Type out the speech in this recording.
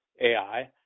AI